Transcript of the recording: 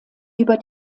über